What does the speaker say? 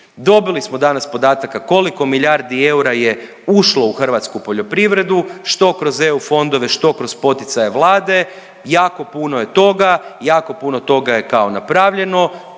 Dobili smo danas podataka koliko milijardi eura je ušlo u hrvatsku poljoprivredu što kroz EU fondove, što kroz poticaje Vlade. Jako puno je toga, jako puno toga je kao napravljeno.